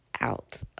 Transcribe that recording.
out